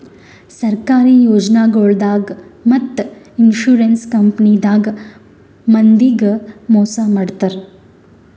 ಸರ್ಕಾರಿ ಯೋಜನಾಗೊಳ್ದಾಗ್ ಮತ್ತ್ ಇನ್ಶೂರೆನ್ಸ್ ಕಂಪನಿದಾಗ್ ಮಂದಿಗ್ ಮೋಸ್ ಮಾಡ್ತರ್